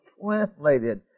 translated